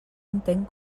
entenc